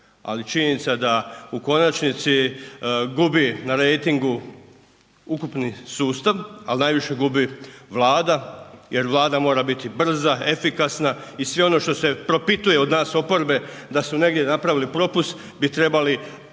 ali činjenica da u konačnici gubi na rejtingu ukupni sustav, a najviše gubi Vlada jer Vlada mora biti brza, efikasna i sve ono što se propituje od nas oporbe da su negdje napravili propust, bi trebali brzo